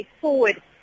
forward